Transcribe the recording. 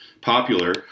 popular